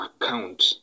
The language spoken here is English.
account